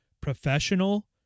professional